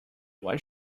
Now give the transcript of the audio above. what